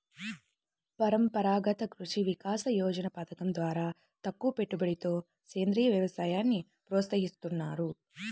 పరంపరాగత కృషి వికాస యోజన పథకం ద్వారా తక్కువపెట్టుబడితో సేంద్రీయ వ్యవసాయాన్ని ప్రోత్సహిస్తున్నారు